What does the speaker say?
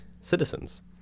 citizens